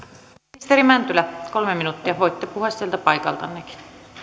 ministeri mäntylä kolme minuuttia voitte puhua sieltä paikaltannekin